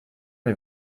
les